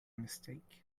mistake